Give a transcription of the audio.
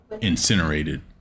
incinerated